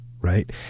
right